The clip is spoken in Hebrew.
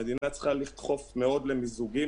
המדינה צריכה לדחוף מאוד למיזוגים